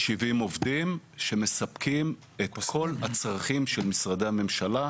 70 עובדים שמספקים את כל הצרכים של משרדי הממשלה,